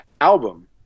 album